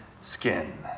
skin